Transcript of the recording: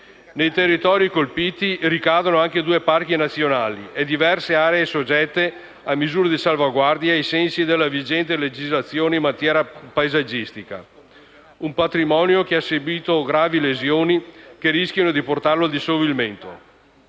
Nei territori colpiti ricadono anche due parchi nazionali e diverse aree soggette a misure di salvaguardia, ai sensi della vigente legislazione in materia paesaggistica: un patrimonio che ha subito lesioni gravi, che rischiano di portarlo al dissolvimento.